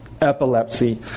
epilepsy